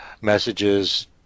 messages